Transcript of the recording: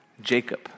Jacob